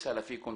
חברים יקרים,